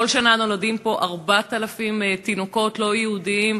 כל שנה נולדים פה 4,000 תינוקות לא יהודים,